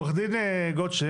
עו"ד גולדשטיין,